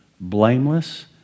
blameless